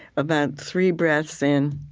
about three breaths in,